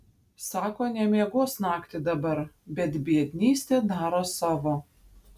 sako nemiegos naktį dabar bet biednystė daro savo